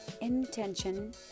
intention